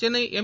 சென்னைஎம்